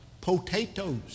potatoes